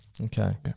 Okay